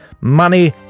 Money